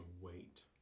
wait